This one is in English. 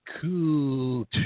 Cool